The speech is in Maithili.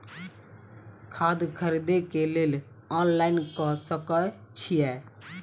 खाद खरीदे केँ लेल ऑनलाइन कऽ सकय छीयै?